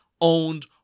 owned